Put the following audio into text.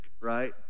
right